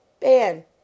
Ban